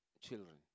children